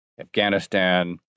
Afghanistan